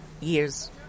years